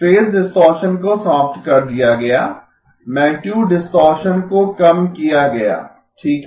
phase distortion को समाप्त कर दिया गया मैगनीटुड डिस्टॉरशन को कम किया गया ठीक है